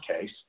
case